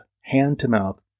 hand-to-mouth